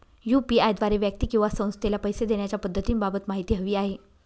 UPI द्वारे व्यक्ती किंवा संस्थेला पैसे देण्याच्या पद्धतींबाबत माहिती हवी आहे